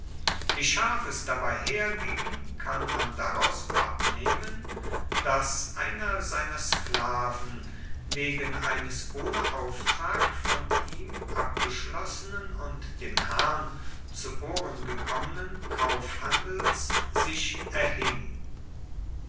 wie scharf es dabei herging kann man daraus abnehmen dass einer seiner sklaven wegen eines ohne auftrag von ihm abgeschlossenen und dem herrn zu ohren gekommenen kaufhandels sich erhing